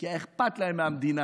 כי היה אכפת להם מהמדינה.